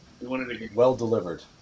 well-delivered